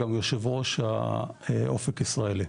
גם יושב ראש אופק ישראלי.